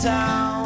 Town